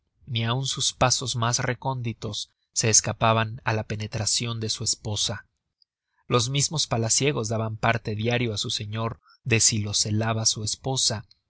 ni aun sus pasos mas recónditos se escapaban á la penetracion de su esposa los mismos palaciegos daban parte diario á su señor de si lo celaba su esposa